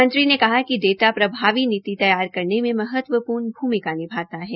मंत्री ने कहा कि डाटा प्रभावी तैयार करने मे महत्वपूर्ण भूमिका निभात है